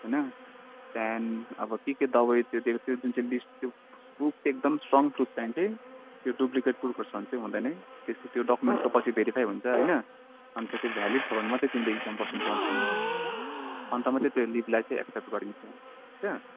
होइन त्यहाँदेखि अब के के दबाई दिएको थियो जुन चाहिँ लिस्ट त्यो प्रुफ एकदम स्ट्रङ प्रुफ चाहिन्छै त्यो डुप्लिकेट प्रुफहरू छ भने चाहिँ हुँदैनै त्यसको त्यो डकुमेन्टको पछि भेरिफाई हुन्छ होइन अन्त त्यो भ्यालिड छ भने मात्रै तिमीले इक्जाम बस्नु पाउँछ अन्त मात्रै त्यो लिभलाई चाहिँ एक्सेप्ट गरिन्छ ठिक छ